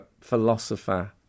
philosopher